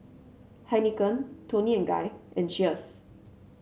Heinekein Toni and Guy and Cheers